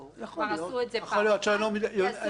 כבר עשו את זה פעם אחת יעשו את זה שוב.